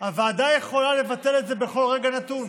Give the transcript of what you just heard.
הוועדה יכולה לבטל את זה בכל רגע נתון.